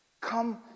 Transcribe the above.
come